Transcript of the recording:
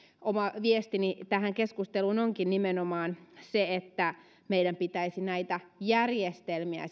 oma viestini tähän keskusteluun onkin nimenomaan että meidän pitäisi näitä järjestelmiä